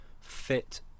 fit